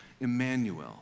Emmanuel